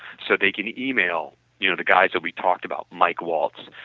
so they can email you know the guys that we talked about, mike waltz,